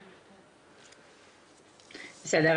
בסדר.